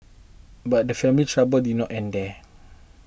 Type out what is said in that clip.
but the family's trouble did not end there